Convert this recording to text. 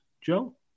Joe